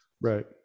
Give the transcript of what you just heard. Right